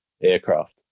aircraft